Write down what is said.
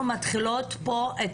אנחנו מתחילות פה את